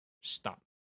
Stop